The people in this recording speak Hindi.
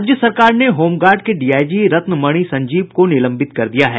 राज्य सरकार ने होमगार्ड के डीआईजी रत्नमणि संजीव को निलंबित कर दिया है